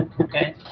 Okay